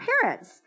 parents